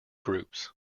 groups